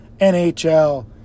NHL